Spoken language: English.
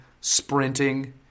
sprinting